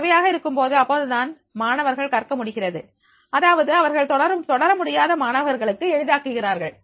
தேவையாக இருக்கும்போது அப்போதுதான் மாணவர்கள் கற்க முடிகிறது அதாவது அவர்கள் தொடர முடியாத மாணவர்களுக்கு எளிதாக்குகிறார்கள்